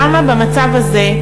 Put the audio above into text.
למה במצב הזה,